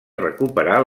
recuperar